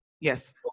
yes